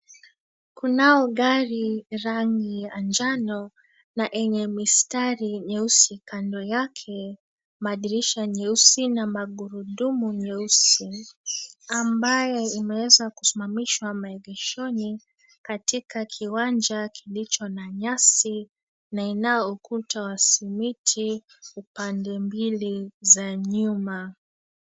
Kunao gari ya rangi ya njano na enye mistari meusi kando yake, madirisha nyeusi na magurudumu nyeusi ambayo imeweza kusimamishwa maegeshoni katika kiwanja kilicho na nyasi na inao ukuta wa simiti upande mbili za nyuma.